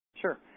Sure